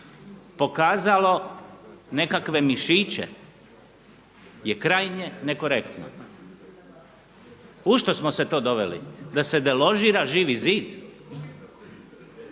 pokazalo nekakve mišiće je krajnje nekorektno. U što smo se to doveli? Da se deložira Živi zid?